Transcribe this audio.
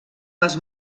les